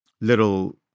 little